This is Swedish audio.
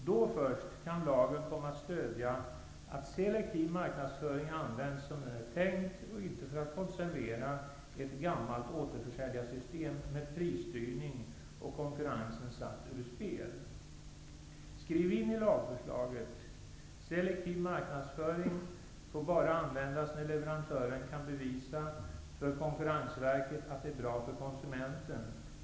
Då först kan lagen komma att stödja att selektiv marknadsföring används som den är tänkt, och inte för att konservera ett gammalt återförsäljarssystem med prisstyrning och konkurrensen satt ur spel. Skriv in i lagförslaget att selektiv marknadsföring bara får användas när leverantören kan bevisa för Konkurrensverket att det är bra för konsumenten!